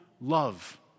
love